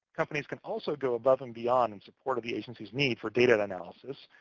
companies can also go above and beyond in support of the agency's need for data analysis,